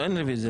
אין רוויזיה.